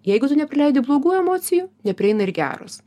jeigu tu neleidi blogų emocijų neprieina ir geros